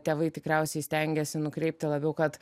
tėvai tikriausiai stengiasi nukreipti labiau kad